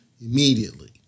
immediately